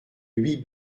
huit